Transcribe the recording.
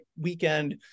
weekend